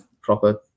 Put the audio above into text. proper